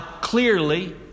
clearly